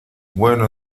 bueno